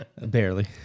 Barely